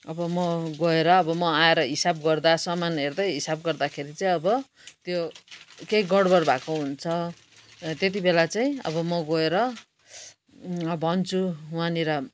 अब म गएर अब म आएर हिसाब गर्दा सामान हेर्दे हिसाब गर्दाखेरि चाहिँ अब त्यो केही गडबड भएको हुन्छ त्यति बेला चाहिँ अब म गएर भन्छु वहाँनिर